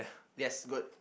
yes good